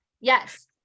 Yes